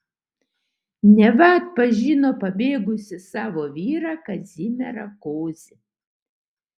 neva atpažino pabėgusį savo vyrą kazimierą kozį